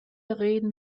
reden